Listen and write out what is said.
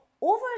over